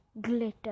glitter